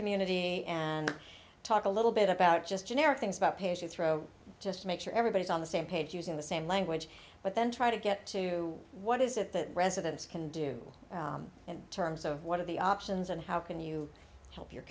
community and talk a little bit about just generic things about patients throw just to make sure everybody's on the same page using the same language but then try to get to what is it that residents can do in terms of what are the options and how can you help your